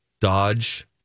Dodge